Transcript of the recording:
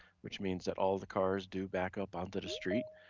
which means that all the cars do back up onto the street.